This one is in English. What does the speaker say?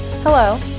Hello